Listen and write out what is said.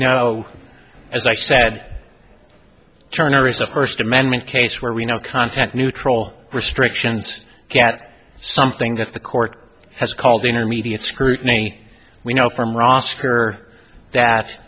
know as i said turner is a first amendment case where we know content neutral restrictions get something that the court has called intermediate scrutiny we know from roster that